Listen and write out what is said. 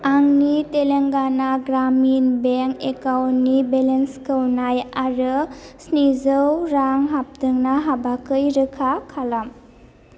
आंनि तेलांगाना ग्रामिन बेंक एकाउन्टनि बेलेन्सखौ नाय आरो स्निजौ रां हाबदों ना हाबाखै रोखा खालाम